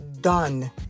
done